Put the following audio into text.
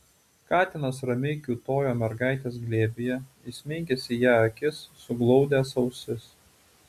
katinas ramiai kiūtojo mergaitės glėbyje įsmeigęs į ją akis suglaudęs ausis